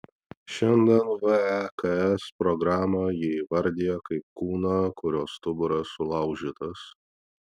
šiandien veks programą ji įvardija kaip kūną kurio stuburas sulaužytas